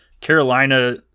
Carolina